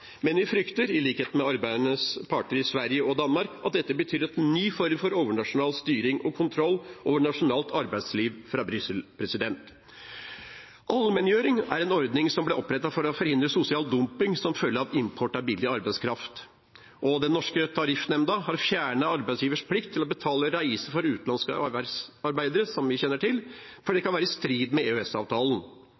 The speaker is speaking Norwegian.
Men vi frykter, i likhet med arbeidernes parter i Sverige og Danmark, at dette betyr en ny form for overnasjonal styring og kontroll over nasjonalt arbeidsliv fra Brussel. Allmenngjøring er en ordning som ble opprettet for å forhindre sosial dumping som følge av import av billig arbeidskraft, og den norske tariffnemnda har fjernet arbeidsgivers plikt til å betale reiser for utenlandske verftsarbeidere, som vi kjenner til, fordi det